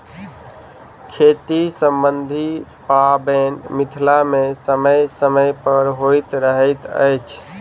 खेती सम्बन्धी पाबैन मिथिला मे समय समय पर होइत रहैत अछि